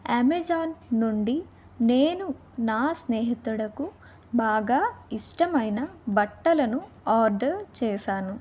Amazon నుండి నేను నా స్నేహితుడుకు బాగా ఇష్టమైన బట్టలను ఆర్డర్ చేశాను